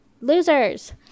losers